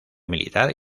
militar